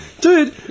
Dude